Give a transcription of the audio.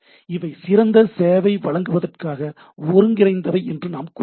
இவை சிறந்த சேவை வழங்குவதற்காக ஒருங்கிணைந்தவை என்று நாம் கூறலாம்